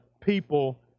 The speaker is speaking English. people